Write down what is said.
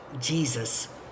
Jesus